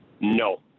No